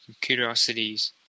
curiosities